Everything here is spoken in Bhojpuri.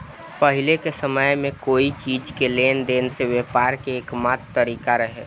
पाहिले के समय में कोई चीज़ के लेन देन से व्यापार के एकमात्र तारिका रहे